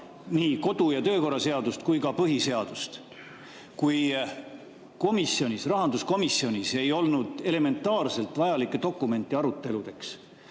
nii kodu‑ ja töökorra seadust kui ka põhiseadust. Rahanduskomisjonis ei olnud elementaarseid vajalikke dokumente aruteludeks.